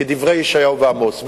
כדברי ישעיהו ועמוס.